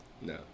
No